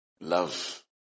love